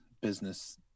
business